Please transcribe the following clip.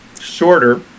shorter